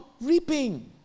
reaping